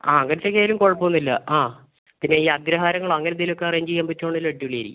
ആ അങ്ങനത്തെ ഒക്കെ ആയാലും കുഴപ്പം ഒന്നും ഇല്ല ആ പിന്നെ ഈ അഗ്രഹാരങ്ങളോ അങ്ങനെ എന്തെങ്കിലും ഒക്കെ അറേഞ്ച് ചെയ്യാൻ പറ്റുവാണെങ്കിൽ അടിപൊളി ആയിരിക്കും